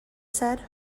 said